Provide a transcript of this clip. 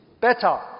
better